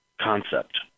concept